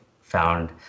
found